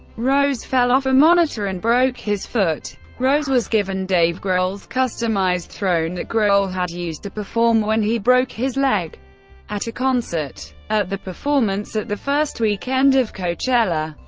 rose fell off a monitor and broke his foot. rose was given dave grohl's customized throne that grohl had used to perform when he broke his leg at a concert. at the performance at the first weekend of coachella,